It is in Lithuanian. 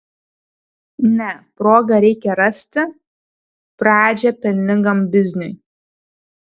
ne progą reikia rasti pradžią pelningam bizniui